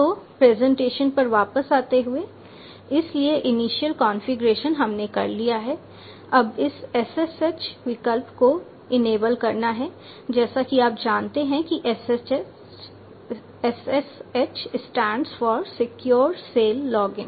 तो प्रेजेंटेशन पर वापस आते हुए इसलिए इनिशियल कॉन्फ़िगरेशन हमने कर लिया है अब इस SSH विकल्प को इनेबल करना है जैसा कि आप जानते हैं कि SSH stands for secure shell login